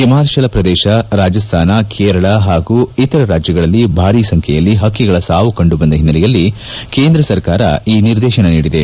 ಹಿಮಾಚಲ ಪ್ರದೇಶ ರಾಜಸ್ತಾನ ಕೇರಳ ಹಾಗೂ ಇತರ ರಾಜ್ಯಗಳಲ್ಲಿ ಭಾರಿ ಸಂಖ್ಯೆಯಲ್ಲಿ ಪಕ್ಕಿಗಳ ಸಾವು ಕಂಡುಬಂದ ಹಿನ್ನೆಲೆಯಲ್ಲಿ ಕೇಂದ್ರ ಸರ್ಕಾರ ಈ ನಿರ್ದೇಶನ ನೀಡಿದೆ